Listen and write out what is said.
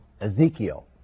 Ezekiel